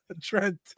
Trent